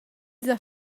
s’ha